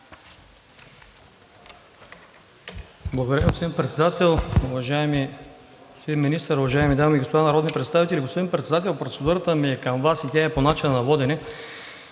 Благодаря, господин Председател. Уважаеми господин Министър, уважаеми дами и господа народни представители! Господин Председател, процедурата ми е към Вас и тя не е по начина на водене,